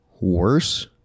worse